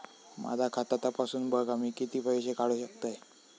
माझा खाता तपासून बघा मी किती पैशे काढू शकतय?